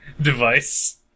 device